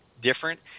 different